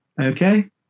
Okay